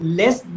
less